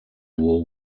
war